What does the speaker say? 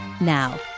Now